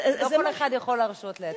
לא כל אחד יכול להרשות לעצמו.